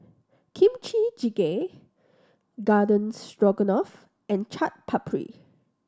Kimchi Jjigae Garden Stroganoff and Chaat Papri